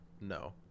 no